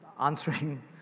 answering